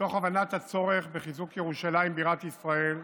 מתוך הבנת הצורך בחיזוק ירושלים בירת ישראל,